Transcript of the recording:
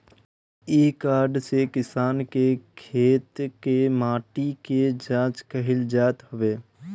इ कार्ड से किसान के खेत के माटी के जाँच कईल जात हवे